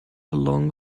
along